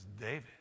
David